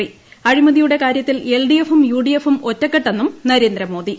്അഴിമതിയുടെ കാര്യത്തിൽ എൽഡിഎഫും യുഡിഎഫും ഒറ്റക്കെട്ടെന്നും നരേന്ദ്രമോദി